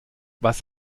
was